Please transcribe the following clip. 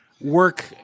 work